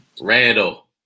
Randall